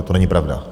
To není pravda!